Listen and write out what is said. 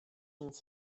nic